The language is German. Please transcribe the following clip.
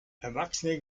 erwachsene